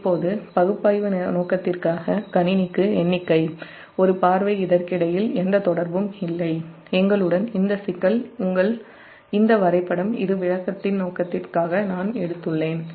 இப்போது பகுப்பாய்வு நோக்கத்திற்காக கணினி எண்ணிக்கை ஒரு பார்வை இதற்கிடையில் எந்த தொடர்பும் இல்லை எங்களுடன் இந்த சிக்கல் உங்கள் வரைபடம் இது விளக்கத்தின் நோக்கத்திற்காக நான் எடுத்துள்ளேன்